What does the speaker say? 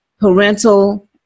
parental